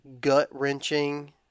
gut-wrenching